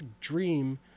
dream